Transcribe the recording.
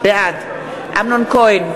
בעד אמנון כהן,